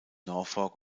norfolk